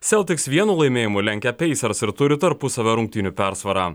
seltiks vienu laimėjimu lenkia peisers ir turi tarpusavio rungtynių persvarą